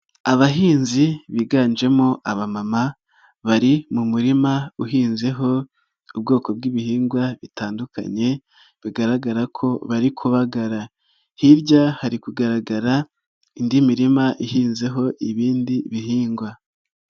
Abahinzi biganjemo abamama bari mu murima uhinzweho ubwoko bw'ibihingwa bitandukanye bigaragara ko bari kubagara, hirya hari kugaragara indi mirima ihinzeho ibindi bihingwa.